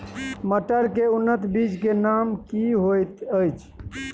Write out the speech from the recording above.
मटर के उन्नत बीज के नाम की होयत ऐछ?